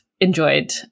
enjoyed